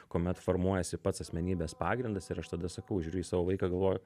kuomet formuojasi pats asmenybės pagrindas ir aš tada sakau žiūriu į savo vaiką galvoju